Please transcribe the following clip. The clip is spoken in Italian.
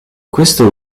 questo